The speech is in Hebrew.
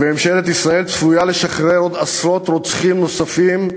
וממשלת ישראל צפויה לשחרר עוד עשרות רוצחים נוספים,